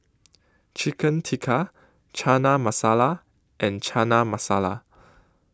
Chicken Tikka Chana Masala and Chana Masala